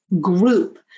group